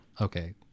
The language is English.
Okay